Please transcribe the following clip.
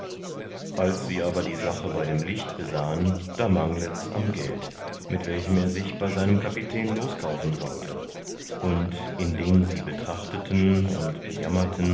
als sie aber die sache bei dem liecht besahen da manglets am geld mit welchem er sich bei seinem kapitän loskaufen sollte und indem sie betrachteten und bejammerten